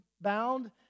bound